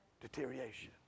deterioration